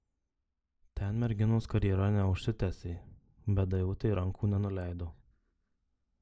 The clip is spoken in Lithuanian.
ten merginos karjera neužsitęsė bet daivutė rankų nenuleido